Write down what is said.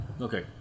Okay